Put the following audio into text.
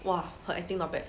!wah! her acting not bad